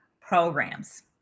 programs